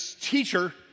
teacher